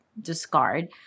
discard